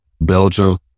Belgium